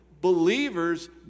Believers